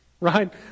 right